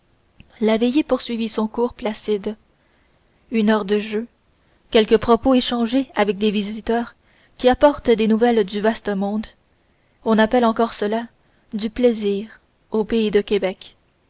la veillée poursuivit son cours placide une heure de jeu quelques propos échangés avec des visiteurs qui apportent des nouvelles du vaste monde on appelle encore cela du plaisir au pays de québec